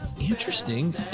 interesting